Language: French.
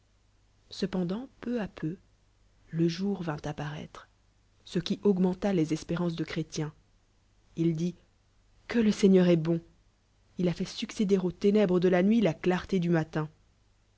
cependant peu à peu le jour vint à paroitre ce qui augmenta les espérances de chrétien il dit que le seigneur est bon il a fait succéd er aux ténèbres de la nuit la clarté dti matin